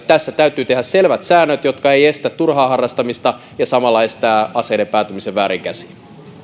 tässä täytyy tehdä selvät säännöt jotka eivät estä turhaan harrastamista ja samalla estää aseiden päätyminen vääriin käsiin